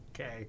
Okay